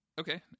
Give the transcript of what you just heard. Okay